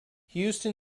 houston